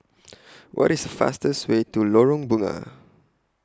What IS The fastest Way to Lorong Bunga